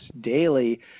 daily